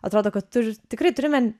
atrodo kad turi tikrai turime